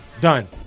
Done